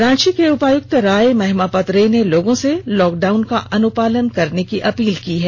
रांची के उपायुक्त राय महिमापतरे ने लोगों से लॉकडाउन का अनुपालन करने की अपील की है